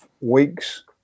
weeks